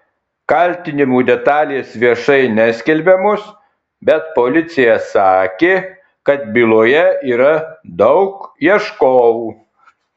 kaltinimų detalės viešai neskelbiamos bet policija sakė kad byloje yra daug ieškovų